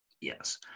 Yes